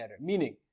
meaning